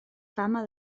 fama